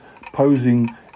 posing